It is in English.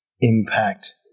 impact